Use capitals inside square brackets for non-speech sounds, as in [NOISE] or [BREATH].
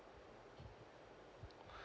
[BREATH]